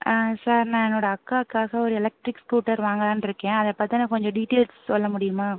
sir சொல்றீங்ளா நான் என்னோடய அக்காக்காக ஒரு எலக்ட்ரிக் ஸ்கூட்டர் வாங்கலாம்னு இருக்கேன் அதை பற்றின கொஞ்ச டீடெயில்ஸ் சொல்ல முடியுமா